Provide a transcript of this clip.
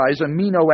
amino